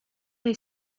they